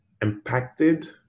impacted